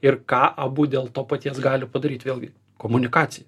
ir ką abu dėl to paties gali padaryt vėlgi komunikacija